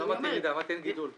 לא אמרתי ירידה, אמרתי אין גידול.